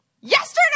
yesterday